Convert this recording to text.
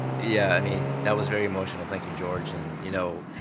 yeah. i mean, that was very emotional. thank you, george, and, you know,